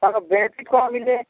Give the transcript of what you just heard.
ତାଙ୍କ କମିଲେ